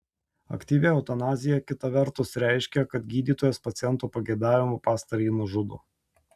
aktyvi eutanazija kita vertus reiškia kad gydytojas paciento pageidavimu pastarąjį nužudo